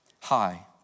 Hi